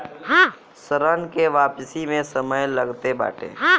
ऋण के वापसी में समय लगते बाटे